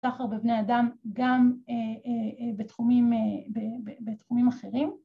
‫סחר בבני אדם גם בתחומים אחרים.